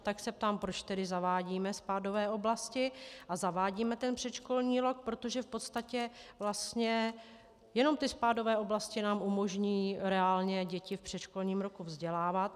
Tak se ptám, proč tedy zavádíme spádové oblasti a zavádíme ten předškolní rok, protože v podstatě jenom ty spádové oblasti nám umožní reálně děti v předškolním roce vzdělávat.